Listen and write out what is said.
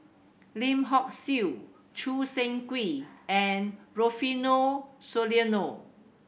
Lim Hock Siew Choo Seng Quee and Rufino Soliano